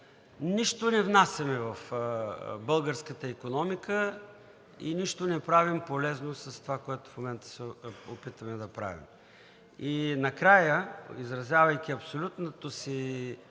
Нищо не внасяме в българската икономика и нищо не правим полезно с това, което в момента се опитваме да правим. И накрая, изразявайки абсолютното си